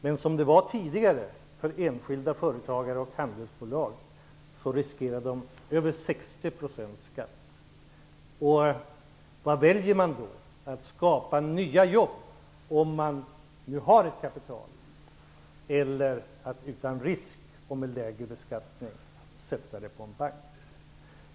Men som det var tidigare för enskilda företagare och handelsbolag riskerade de att få betala över 60 % i skatt. Väljer man under sådana förhållanden att skapa nya jobb, om man nu har ett kapital, eller att utan risk och med lägre beskattning sätta in det på en bank?